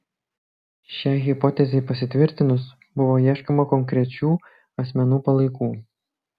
šiai hipotezei pasitvirtinus buvo ieškoma konkrečių asmenų palaikų